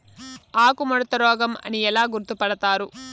ఆకుముడత రోగం అని ఎలా గుర్తుపడతారు?